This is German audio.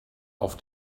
auf